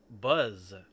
Buzz